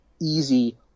easy